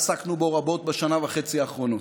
ועסקנו בו רבות בשנה וחצי האחרונות.